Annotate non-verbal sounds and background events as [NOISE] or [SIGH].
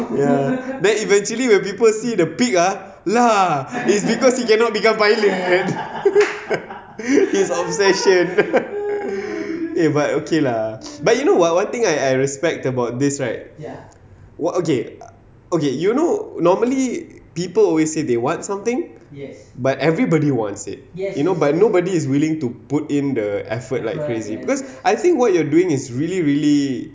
ya then eventually when people see the peak ah lah it's because he cannot become a pilot [LAUGHS] his obsession [LAUGHS] eh but okay lah but you know what what thing I I respect about this right what okay okay you know normally people always say they want something but everybody wants it you know but nobody is willing to put in the effort like crazy because I think what you're doing is really really